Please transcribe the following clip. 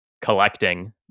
collecting